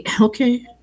okay